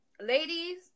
Ladies